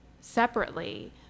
separately